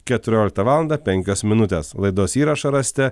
keturioliktą valandą penkios minutės laidos įrašą rasite